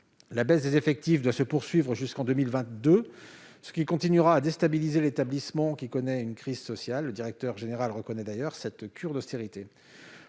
baisse des effectifs doit se poursuivre jusqu'en 2022, ce qui continuera à déstabiliser l'établissement qui connaît une crise sociale. Le directeur général reconnaît, d'ailleurs, cette cure d'austérité.